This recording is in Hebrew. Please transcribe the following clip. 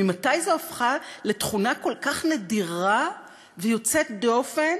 ממתי היא הפכה לתכונה כל כך נדירה ויוצאת דופן